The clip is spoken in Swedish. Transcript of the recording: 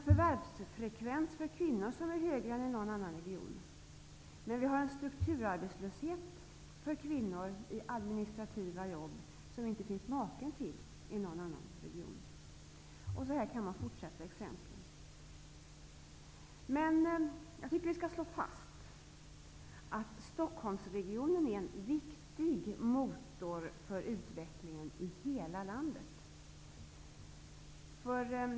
Förvärvsfrekvensen för kvinnor är högre. Men det finns inte i någon annan region maken till den strukturarbetslöshet för kvinnor i administrativa yrken som råder här. Så här kan man fortsätta att räkna upp exempel. Jag tycker att man skall slå fast att Stockholmsregionen är en viktig motor för utvecklingen i hela landet.